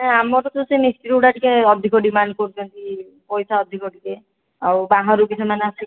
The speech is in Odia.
ନାଁ ଆମର କିନ୍ତୁ ସେହି ମିସ୍ତ୍ରୀ ଗୁଡ଼ା ଟିକେ ଅଧିକ ଡିମାଣ୍ଡ କରୁଛନ୍ତି ପଇସା ଅଧିକ ଟିକିଏ ଆଉ ବାହାରୁ ବି ସେମାନେ ଆସୁ